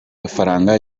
gafaranga